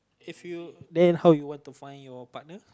if you then how you want to find your partner